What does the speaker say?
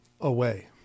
away